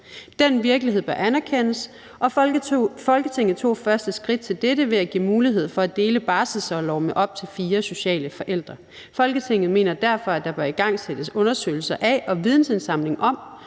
Den virkelighed bør anerkendes, og Folketinget tog første skridt til dette ved at give mulighed for at dele barselsorlov med op til fire sociale forældre. Folketinget mener derfor, at der bør igangsættes undersøgelser af og vidensindsamling om